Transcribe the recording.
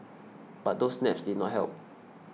but those naps did not help